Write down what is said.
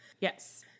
Yes